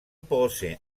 procès